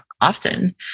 often